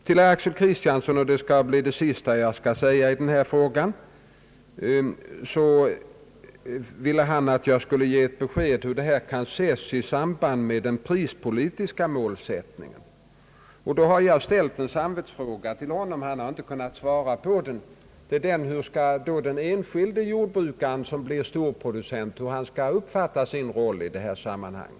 Herr Axel Kristiansson vill att jag skall ge besked om hur denna fråga skall sättas i samband med den prispolitiska målsättningen. Jag har ställt en samvetsfråga till herr Kristiansson, som han inte svarat på: Hur skall den enskilde jordbrukaren som blir storproducent uppfatta sin roll i detta sammanhang?